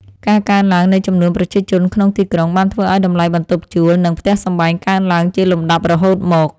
ការកើនឡើងនៃចំនួនប្រជាជនក្នុងទីក្រុងបានធ្វើឱ្យតម្លៃបន្ទប់ជួល និងផ្ទះសម្បែងកើនឡើងជាលំដាប់រហូតមក។